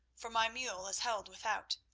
for my mule is held without.